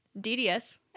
DDS